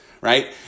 right